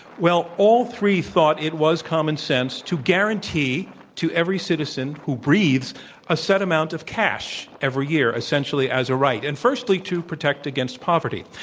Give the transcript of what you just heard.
well, all three thought it was common sense to guarantee to every citizen who breathes a set amount of cash of every year, essentially as a right, and firstly, to protect against poverty.